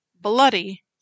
bloody